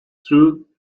through